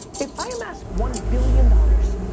if i amass one billion dollars,